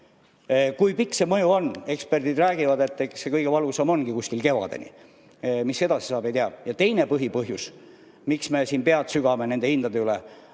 Kui pikk see mõju on? Eksperdid räägivad, et eks kõige valusam ongi kuskil kevadeni. Mis edasi saab, ei tea. Teine põhipõhjus, miks me siin pead sügame nende hindade üle,